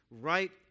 right